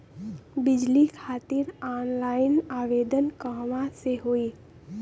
बिजली खातिर ऑनलाइन आवेदन कहवा से होयी?